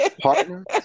partners